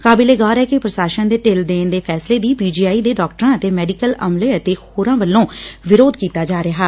ਕਾਬਿਲੇ ਗੌਰ ਏ ਕਿ ਪ੍ਰਸ਼ਾਸਨ ਦੇ ਢਿੱਲ ਦੇਣ ਦੇ ਫੈਸਲੇ ਦੀ ਪੀਜੀਆਈ ਦੇ ਡਾਕਟਰਾਂ ਅਤੇ ਮੈਡੀਕਲ ਅਮਲੇ ਅਤੇ ਹੋਰਾਂ ਵਲੋਂ ਵਿਰੋਧ ਕੀਤਾ ਜਾ ਰਿਹੈ